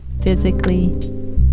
physically